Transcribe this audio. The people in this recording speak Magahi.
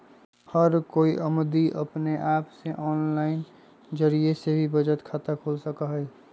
हर कोई अमदी अपने आप से आनलाइन जरिये से भी बचत खाता खोल सका हई